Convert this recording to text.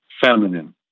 Feminine